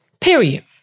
Period